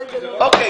--- אני